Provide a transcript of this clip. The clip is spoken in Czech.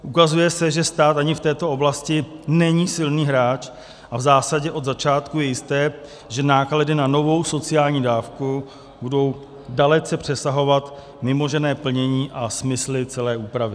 Ukazuje se, že stát ani v této oblasti není silný hráč a v zásadě od začátku je jisté, že náklady na novou sociální dávku budou dalece přesahovat vymožené plnění a smysl celé úpravy.